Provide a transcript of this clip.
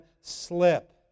slip